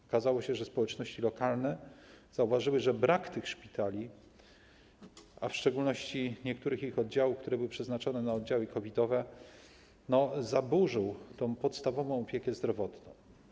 Okazało się, że społeczności lokalne zauważyły, że brak tych szpitali, a w szczególności niektórych ich oddziałów, które były przeznaczone na oddziały covid-owe, zaburzył podstawową opiekę zdrowotną.